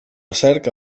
cerca